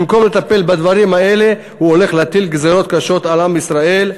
במקום לטפל בדברים האלה הוא הולך להטיל גזירות קשות על עם ישראל,